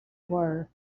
were